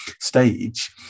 stage